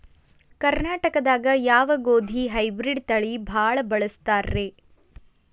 ಕರ್ನಾಟಕದಾಗ ಯಾವ ಗೋಧಿ ಹೈಬ್ರಿಡ್ ತಳಿ ಭಾಳ ಬಳಸ್ತಾರ ರೇ?